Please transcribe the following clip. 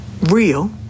real